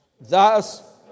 Thus